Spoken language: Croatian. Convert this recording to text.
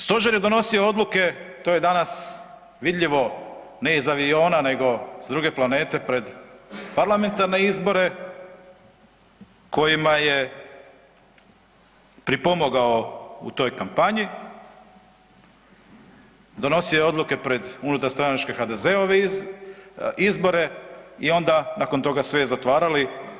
Stožer je donosio odluke, to je danas vidljivo ne iz aviona nego s druge planete pred parlamentarne izbore kojima je pripomogao u toj kampanji, donosio je odluke pred unutarstranačke HDZ-ove izbore i onda nakon toga sve zatvarali.